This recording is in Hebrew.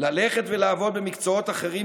ללכת ולעבוד במקצועות אחרים,